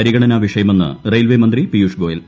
പരിഗണനാ വിഷയമെന്ന് റെയിൽവേ മന്ത്രി പിയൂഷ് ഗോയൽ